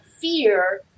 fear